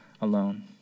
alone